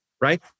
right